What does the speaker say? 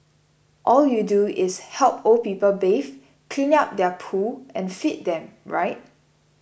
all you do is help old people bathe clean up their poo and feed them right